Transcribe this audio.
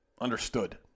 understood